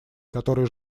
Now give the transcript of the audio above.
который